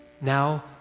now